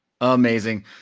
Amazing